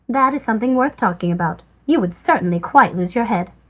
that is something worth talking about, you would certainly quite lose your head.